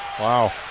Wow